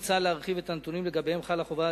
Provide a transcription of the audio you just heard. מוצע להרחיב את הנתונים שלגביהם חלה חובת